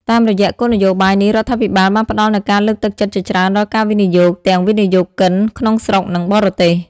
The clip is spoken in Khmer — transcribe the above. តាមរយៈគោលនយោបាយនេះ រដ្ឋាភិបាលបានផ្តល់នូវការលើកទឹកចិត្តជាច្រើនដល់ការវិនិយោគ ទាំងវិនិយោគិនក្នុងស្រុក និងបរទេស។